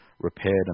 repaired